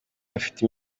afite